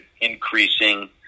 increasing